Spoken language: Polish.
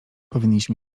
powinniśmy